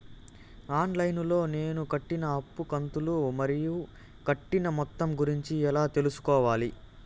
On line లో నేను కట్టిన అప్పు కంతులు మరియు కట్టిన మొత్తం గురించి ఎలా తెలుసుకోవాలి?